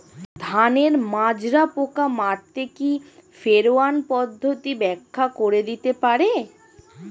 ধানের মাজরা পোকা মারতে কি ফেরোয়ান পদ্ধতি ব্যাখ্যা করে দিতে পারে?